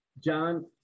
John